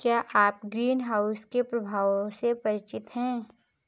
क्या आप ग्रीनहाउस के प्रभावों से परिचित हैं?